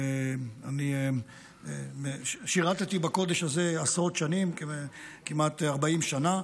אני שירתי בקודש הזה עשרות שנים, כמעט 40 שנה,